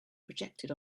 projected